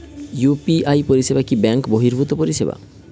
UPI পরিসেবা কি bank বর্হিভুত পরিসেবা?